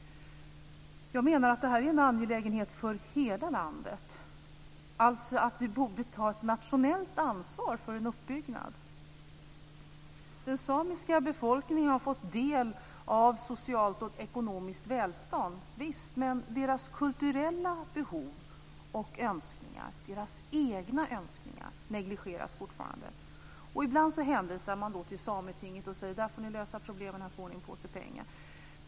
Jag menar att detta är en angelägenhet för hela landet och att vi borde ta ett nationellt ansvar för en uppbyggnad. Den samiska befolkningen har fått del av socialt och ekonomiskt välstånd, visst. Men deras kulturella behov och önskningar, deras egna önskningar, negligeras fortfarande. Ibland hänvisar man till Sametinget och säger: Ni får lösa problemen där. Här får ni en påse pengar.